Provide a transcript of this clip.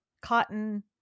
cotton